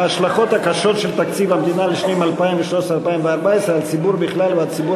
ההשלכות הקשות של תקציב המדינה לשנים 2013 2014 על הציבור בכלל והציבור